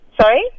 Sorry